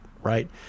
right